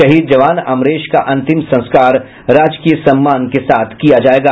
शहीद जवान अमरेश का अंतिम संस्कार राजकीय सम्मान के साथ किया जायेगा